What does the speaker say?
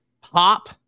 pop